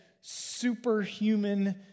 superhuman